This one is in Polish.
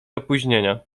opóźnienia